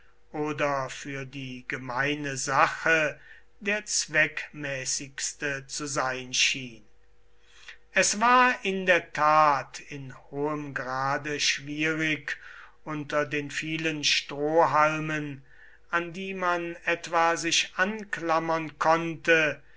oder für die gemeine sache der zweckmäßigste zu sein schien es war in der tat in hohem grade schwierig unter den vielen strohhalmen an die man etwa sich anklammern konnte